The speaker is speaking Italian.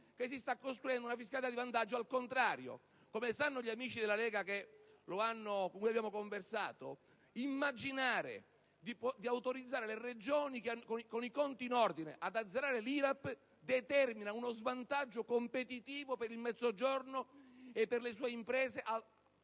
si sta costruendo una fiscalità di vantaggio al contrario. Come sanno gli amici della Lega Nord con i quali abbiamo conversato, immaginare di autorizzare le Regioni con i conti in ordine ad azzerare l'IRAP determina uno svantaggio competitivo per il Mezzogiorno e per le sue imprese, oltre